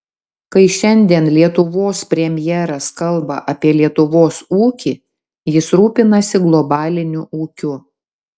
kai šiandien lietuvos premjeras kalba apie lietuvos ūkį jis rūpinasi globaliniu ūkiu